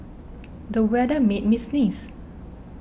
the weather made me sneeze